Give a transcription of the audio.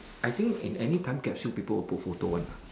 I think in any time capsule people will put photos one lah